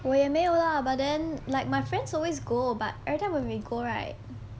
我也没有 lah but then like my friends always go but every time when we go right